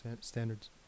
standards